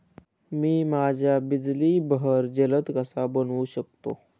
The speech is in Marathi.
मी माझ्या बिजली बहर जलद कसा बनवू शकतो?